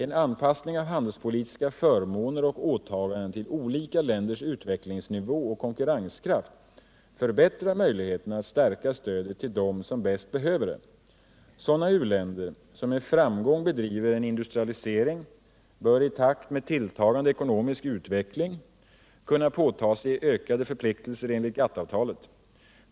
En anpassning av handelspolitiska förmåner och åtaganden till olika länders utvecklingsnivå och konkurrenskraft förbättrar möjligheterna att stärka stödet till dem som bäst behöver det. Sådana u-länder som med framgång bedriver en industrialisering bör i takt med tilltagande ekonomisk utveckling kunna påta sig ökade förpliktelser enligt GATT-avtalet.